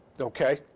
okay